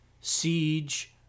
siege